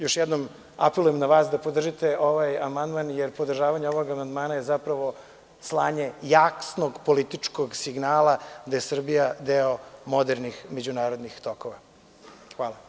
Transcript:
Još jednom apelujem na vas da podržite ovaj amandman, jer podržavanje ovog amandmana je zapravo slanje jasnog političkog signala gde je Srbija deo modernih međunarodnih tokova.